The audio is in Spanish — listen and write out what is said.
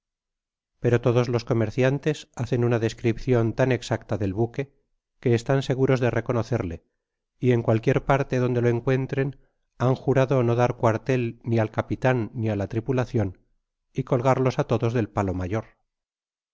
pero todos los comerciantes hacen una descripcion tan exacta del buque que estan seguros de reconocerle y en cualquier parte donde lo encuentren han jurado no dar cuartel ni al capitan ni á la tripulacion y colgarlos á todos del palo mayor